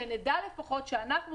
שנדע לפחות שאנחנו,